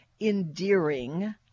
endearing